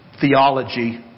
theology